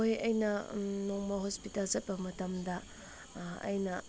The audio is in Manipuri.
ꯍꯣꯏ ꯑꯩꯅ ꯅꯣꯡꯃ ꯍꯣꯁꯄꯤꯇꯥꯜ ꯆꯠꯄ ꯃꯇꯝꯗ ꯑꯩꯅ